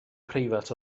preifat